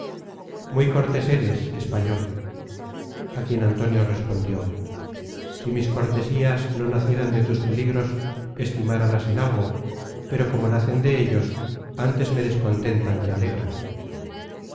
muy cortés eres español a quien antonio respondió si mis cortesías no nacieran de tus peligros estimáralas en algo pero como content from google book search generated at nacen de ellos ántes me descontentan que alegran